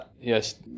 Yes